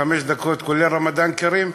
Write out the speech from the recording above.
חמש דקות כולל "רמדאן כרים"?